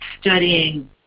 studying